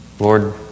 Lord